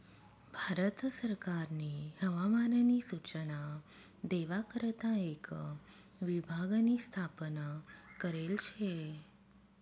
भारत सरकारनी हवामान नी सूचना देवा करता एक विभाग नी स्थापना करेल शे